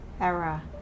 era